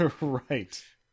Right